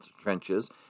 trenches